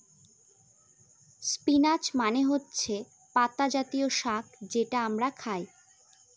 spinach মানে হচ্ছে পাতা জাতীয় শাক যেটা আমরা খায়